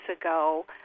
ago